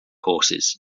horses